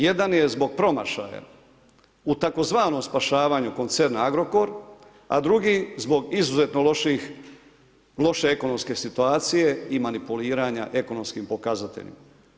Jedan je zbog promašaja u tzv. spašavanju koncerna Agrokor, a drugi zbog izuzetno loše ekonomske situacije i manipuliranja ekonomskim pokazateljima.